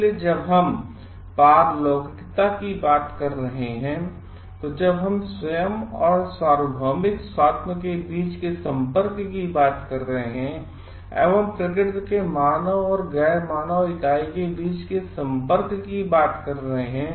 इसलिए जब हम पारलौकिकता की बात कर रहे हैं जब हम स्वयं अथवा और सार्वभौमिक स्वात्म के बीच संपर्क की बात कर रहे हैं एवं प्रकृति के मानव और गैर मानव इकाई के बीच संपर्क की बात कर रहे हैं